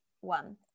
one